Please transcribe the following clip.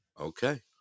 okay